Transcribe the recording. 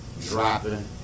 dropping